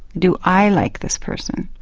do i like this person.